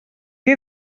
que